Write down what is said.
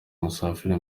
musafiri